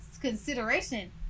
consideration